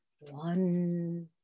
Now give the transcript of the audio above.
one